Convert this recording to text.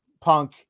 Punk